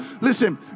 listen